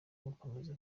gukomeza